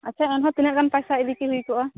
ᱟᱪᱷᱟ ᱮᱱᱦᱚᱸ ᱛᱤᱱᱟᱹᱜ ᱜᱟᱱ ᱯᱟᱭᱥᱟ ᱤᱫᱤ ᱛᱮ ᱦᱩᱭ ᱠᱚᱜᱼᱟ